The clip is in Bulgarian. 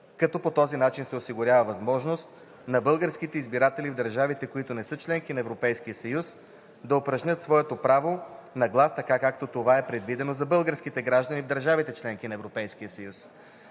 като по този начин се осигурява възможност на българските избиратели в държавите, които не са членки на Европейския съюз, да упражнят своето право на глас така, както това е предвидено за българските граждани в държавите – членки на Европейския съюз.